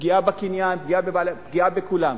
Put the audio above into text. פגיעה בקניין, פגיעה בכולם.